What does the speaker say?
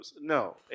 no